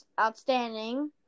outstanding